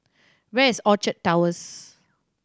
where is Orchard Towers